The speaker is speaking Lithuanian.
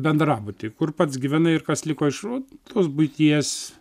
bendrabutyje kur pats gyvenai ir kas liko iš vat tos buities